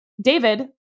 David